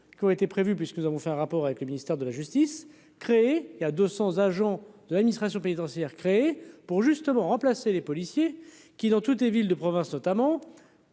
qui ont été prévu puisque nous avons fait un rapport avec le ministère de la justice, créée il y a 200 agents de l'administration pénitentiaire, créé pour justement remplacer les policiers qui, dans toutes les villes de province notamment,